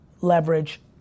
leverage